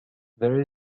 there